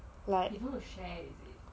like